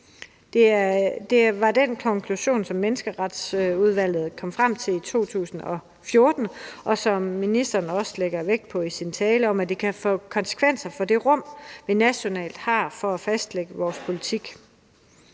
Det var den konklusion, som menneskeretsudvalget kom frem til i 2014, og som ministeren også lægger vægt på i sin tale, nemlig at det kan få konsekvenser for det rum, vi har nationalt for at fastlægge vores politik.